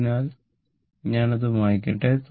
അതിനാൽ ഞാൻ അത് മായ്ക്കട്ടെ